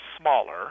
smaller